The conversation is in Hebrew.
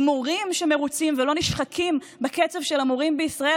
עם מורים שמרוצים ולא נשחקים בקצב של המורים בישראל,